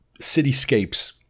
cityscapes